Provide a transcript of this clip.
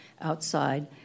outside